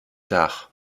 tard